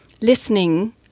listening